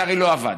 זה הרי לא עבד.